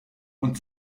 und